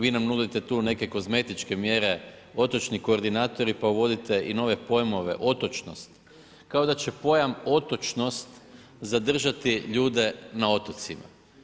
Vi nam nudite tu neke kozmetičke mjere, otočni koordinatori, pa uvodite i nove pojmove otočnost, kao da će pojam otočnost zadržati ljude na otocima.